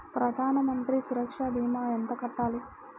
ప్రధాన మంత్రి సురక్ష భీమా ఎంత కట్టాలి?